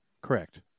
Correct